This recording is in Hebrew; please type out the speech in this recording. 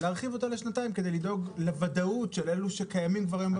להרחיב אותה לשנתיים כדי לדאוג לוודאות של אלו שכבר קיימים,